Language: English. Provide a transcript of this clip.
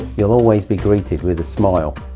you'll always be greeted with a smile.